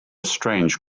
strange